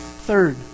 Third